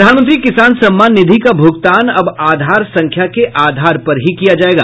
प्रधानमंत्री किसान सम्मान निधि का भूगतान अब आधार संख्या के आधार पर किया जायेगा